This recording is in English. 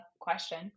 question